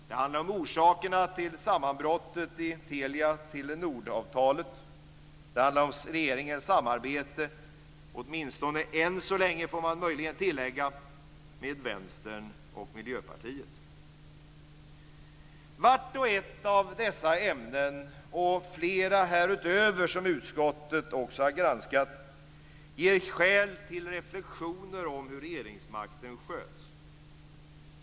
Det handlar om orsakerna till sammanbrottet vad beträffar Telia-Telenor-avtalet. Det handlar om regeringens samarbete - åtminstone än så länge, får man möjligen tillägga - med Vänstern och Vart och ett av dessa ämnen och flera härutöver som utskottet också har granskat ger skäl till reflexioner om hur regeringsmakten sköts.